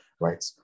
right